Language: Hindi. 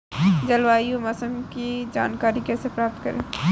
जलवायु या मौसम की जानकारी कैसे प्राप्त करें?